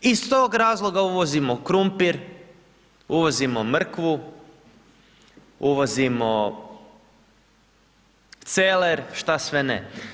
Iz tog razloga uvozimo krumpir, uvozimo mrkvu, uvozimo celer, šta sve ne.